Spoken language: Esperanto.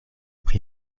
pri